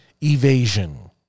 evasion